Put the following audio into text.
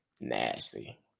Nasty